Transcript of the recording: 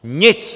Nic!